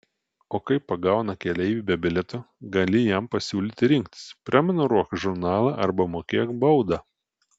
o kai pagauna keleivį be bilieto gali jam pasiūlyti rinktis prenumeruok žurnalą arba mokėk baudą